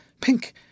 pink